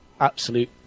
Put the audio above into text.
absolute